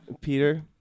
Peter